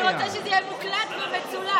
אני רוצה שזה יהיה מוקלט ומצולם.